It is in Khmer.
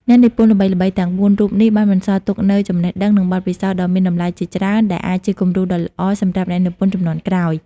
អ្នកនិពន្ធល្បីៗទាំងបួនរូបនេះបានបន្សល់ទុកនូវចំណេះដឹង និងបទពិសោធន៍ដ៏មានតម្លៃជាច្រើន ដែលអាចជាគំរូដ៏ល្អសម្រាប់អ្នកនិពន្ធជំនាន់ក្រោយ។